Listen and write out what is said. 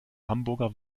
hamburger